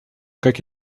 как